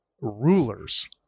rulers